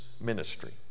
ministry